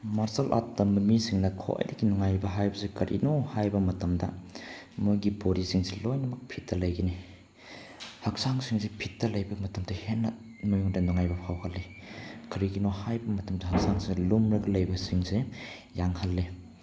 martial art ꯇꯝꯕ ꯃꯤꯅ ꯈ꯭ꯋꯥꯏꯗꯒꯤ ꯅꯨꯡꯉꯥꯏꯕ ꯍꯥꯏꯕꯁꯦ ꯀꯔꯤꯅꯣ ꯍꯥꯏꯕ ꯃꯇꯝꯗ ꯃꯣꯏꯒꯤ ꯕꯣꯗꯤꯁꯤꯡꯁꯤ ꯂꯣꯏꯅꯃꯛ ꯐꯤꯠꯇ ꯂꯩꯒꯅꯤ ꯍꯛꯆꯥꯡꯁꯤꯡꯁꯤ ꯐꯤꯠꯇ ꯂꯩꯕ ꯃꯇꯝꯗ ꯍꯦꯟꯅ ꯅꯣꯏꯕꯗ ꯅꯨꯡꯉꯥꯏꯕ ꯐꯥꯎꯜꯂꯤ ꯀꯔꯤꯒꯤꯅꯣ ꯍꯥꯏꯕ ꯃꯇꯝꯗ ꯍꯛꯆꯥꯡꯁꯦ ꯂꯨꯝꯂꯒ ꯂꯩꯕꯁꯤꯡꯁꯦ ꯌꯥꯡꯍꯜꯂꯦ